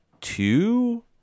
two